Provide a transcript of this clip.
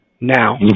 now